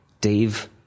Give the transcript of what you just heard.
Dave